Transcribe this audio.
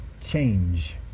change